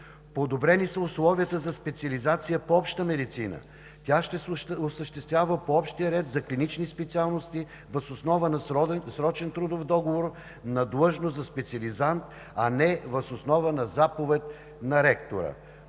Подобрени са условията за специализация по Обща медицина. Тя ще се осъществява по общия ред за клинични специалности въз основа на срочен трудов договор на длъжност за специализант, а не въз основа на заповед на ректора.